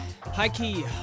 High-key